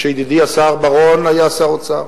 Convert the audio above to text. כשידידי השר בר-און היה שר האוצר,